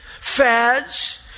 fads